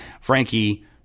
frankie